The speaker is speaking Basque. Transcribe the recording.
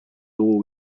dugu